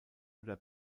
oder